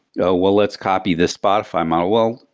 you know well, let's copy the spotify model. well,